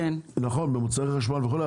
נכון, גם במוצרי חשמל וכולי.